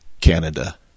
Canada